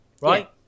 right